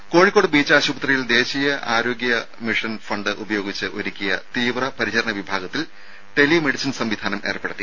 രുര കോഴിക്കോട് ബീച്ചാശുപത്രിയിൽ ദേശീയ ആരോഗ്യ മിഷൻ ഫണ്ട് ഉപയോഗിച്ച് ഒരുക്കിയ തീവ്ര പരിചരണ വിഭാഗത്തിൽ ടെലി മെഡിസിൻ സംവിധാനം ഏർപ്പെടുത്തി